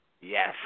Yes